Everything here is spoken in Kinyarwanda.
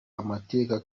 amateka